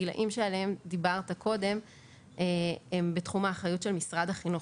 הגילאים שעליהם דיברת קודם הם בתחום האחריות של משרד החינוך.